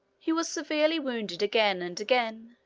he was severely wounded again and again,